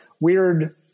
weird